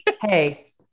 Hey